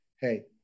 Hey